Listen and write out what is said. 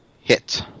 hit